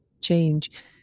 change